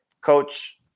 coach